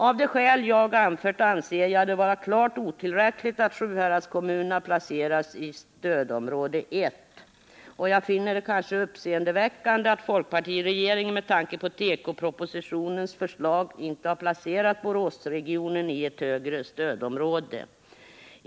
Av de skäl jag anfört anser jag det vara klart otillräckligt att Sjuhäradskommunerna placerats i stödområde 1. Jag finner det nästan uppseendeväckande att folkpartiregeringen med tanke på tekopropositionens förslag inte har placerat Boråsregionen i ett högre stödområde.